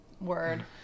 word